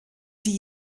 die